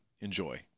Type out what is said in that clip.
Enjoy